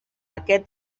aquest